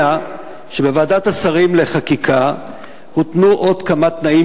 אלא שבוועדת השרים לחקיקה הותנו עוד כמה תנאים,